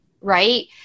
right